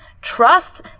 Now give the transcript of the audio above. Trust